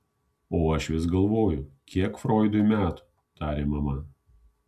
o aš vis galvoju kiek froidui metų tarė mama